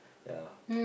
yeah